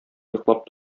йоклап